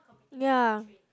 ya